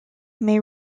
may